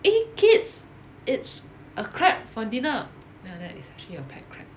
eh kids it's a crab for dinner ya then it's actually your pet crab